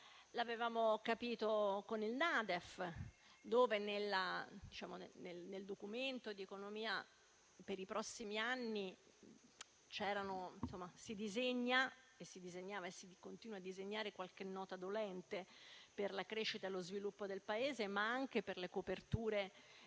L'avevamo capito con la NADEF: nel Documento di economia per i prossimi anni si disegnava e si continua a disegnare qualche nota dolente per la crescita e lo sviluppo del Paese, ma anche per le coperture dei